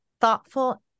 thoughtful